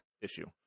issue